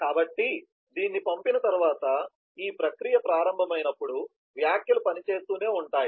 కాబట్టి దీన్ని పంపిన తర్వాత ఈ ప్రక్రియ ప్రారంభమైనప్పుడు వ్యాఖ్యలు పని చేస్తూనే ఉంటాయి